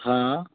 हा